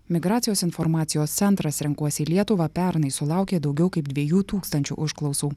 migracijos informacijos centras renkuosi lietuvą pernai sulaukė daugiau kaip dviejų tūkstančių užklausų